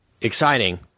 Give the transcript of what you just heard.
exciting